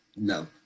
no